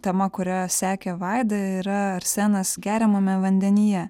tema kurią sekė vaida yra arsenas geriamame vandenyje